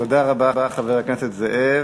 תודה רבה, חבר הכנסת זאב.